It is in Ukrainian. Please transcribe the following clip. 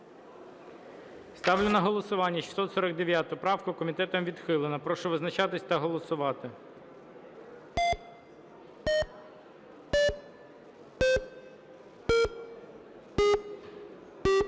Ставлю на голосування 796 правку. Комітетом не підтримана. Прошу визначатись та голосувати.